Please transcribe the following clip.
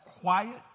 quiet